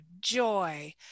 joy